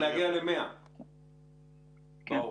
הם לדעתי לא יותר מ-25% מהשוק אם לא פחות.